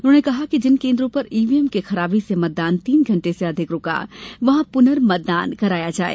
उन्होंने कहा कि जिन केन्द्रों पर ईवीएम की खराबी से मतदान तीन घण्टे से अधिक रुका रहा वहां पर पुनर्मतदान कराया जाये